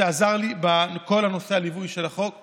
שעזר לי בכל נושא הליווי של החוק.